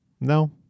No